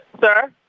Sir